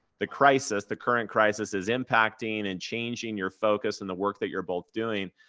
the crisis, the current crisis is impacting and changing your focus in the work that you're both doing.